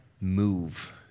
move